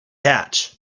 hatch